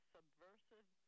Subversive